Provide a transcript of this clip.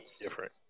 different